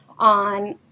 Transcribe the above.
on